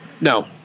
No